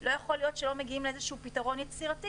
לא יכול להיות שלא מגיעים לאיזשהו פתרון יצירתי,